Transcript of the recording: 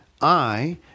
I